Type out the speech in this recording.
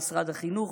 למשרד החינוך,